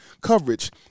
coverage